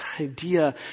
idea